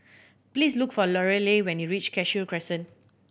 please look for Lorelai when you reach Cashew Crescent